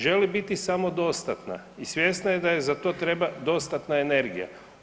Želi biti samodostatna i svjesna je da joj za to treba dostatna energija.